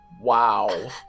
Wow